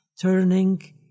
turning